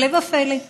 הפלא ופלא,